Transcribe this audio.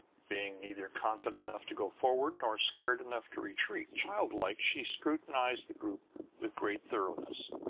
being neither confident enough to go forward nor scared enough to retreat. childlike, she scrutinized the group with great thoroughness.